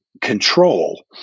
control